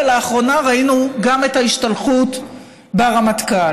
ולאחרונה ראינו גם את ההשתלחות ברמטכ"ל.